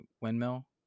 windmill